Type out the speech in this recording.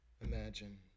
imagine